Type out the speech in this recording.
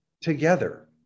together